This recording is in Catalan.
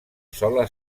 sola